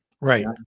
Right